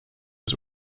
was